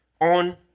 on